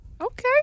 Okay